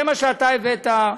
זה מה שאתה הבאת.